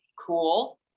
cool